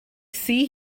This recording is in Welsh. thŷ